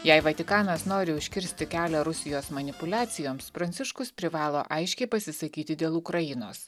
jei vatikanas nori užkirsti kelią rusijos manipuliacijoms pranciškus privalo aiškiai pasisakyti dėl ukrainos